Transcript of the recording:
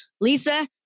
Lisa